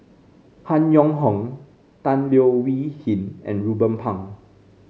Han Yong Hong Tan Leo Wee Hin and Ruben Pang